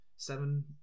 Seven